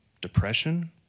depression